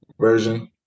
version